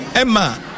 Emma